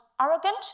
arrogant